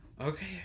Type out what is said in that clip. Okay